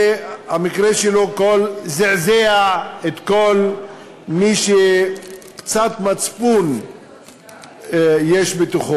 והמקרה שלו זעזע את כל מי שיש קצת מצפון בתוכו.